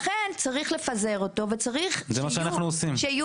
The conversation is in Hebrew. לכן צריך לפזר אותו -- זה מה שאנחנו עושים -- וצריך שיהיו